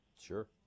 Sure